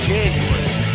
January